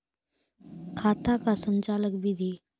खाता का संचालन बिधि?